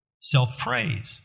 self-praise